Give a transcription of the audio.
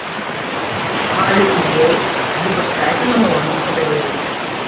hariui įėjus jį pasveikino malonus padavėjas